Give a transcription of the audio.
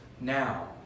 now